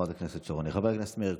חברת הכנסת שרון ניר.